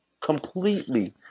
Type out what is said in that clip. Completely